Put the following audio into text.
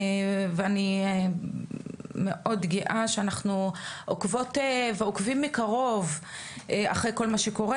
ואני מאוד גאה שאנחנו עוקבות ועוקבים מקרוב אחרי מה שקורה,